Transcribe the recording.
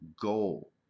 goal